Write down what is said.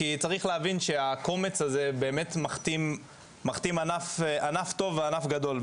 כי צריך להבין שהקומץ הזה באמת מכתים ענף טוב וענף גדול,